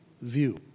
view